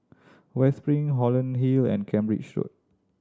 West Spring Holland Hill and Cambridge Road